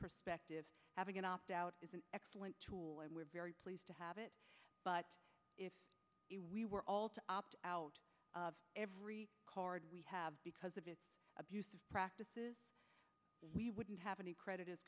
perspective having an opt out is an excellent tool and we're very pleased to have it but if we were all to opt out of every card we have because of it we wouldn't have any credit as